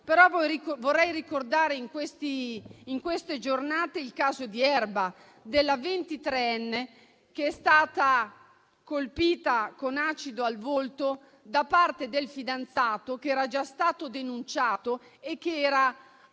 però ricordare in queste giornate il caso di Erba, della ventitreenne che è stata colpita con acido al volto da parte del fidanzato, che era già stato denunciato e che era